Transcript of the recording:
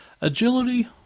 Agility